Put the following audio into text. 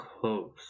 close